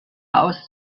aus